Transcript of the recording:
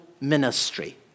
ministry